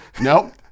Nope